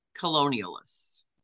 colonialists